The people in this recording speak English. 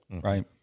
Right